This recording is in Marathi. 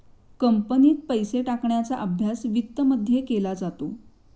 कंपनीत पैसे टाकण्याचा अभ्यास वित्तमध्ये केला जातो